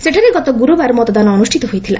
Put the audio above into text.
ସେଠାରେ ଗତ ଗୁରୁବାର ମତଦାନ ଅନୁଷ୍ଠିତ ହୋଇଥିଲା